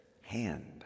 hand